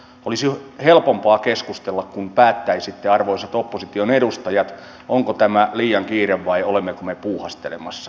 olisi helpompaa keskustella kun päättäisitte arvoisat opposition edustajat onko tässä liian kiire vai olemmeko me puuhastelemassa